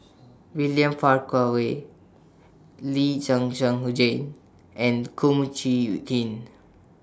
William Farquhar Lee Zhen Zhen Jane and Kum Chee Kin